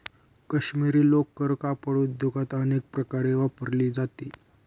काश्मिरी लोकर कापड उद्योगात अनेक प्रकारे वापरली जाते